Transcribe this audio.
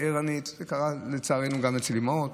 ערנית, זה קרה לצערנו גם אצל אימהות.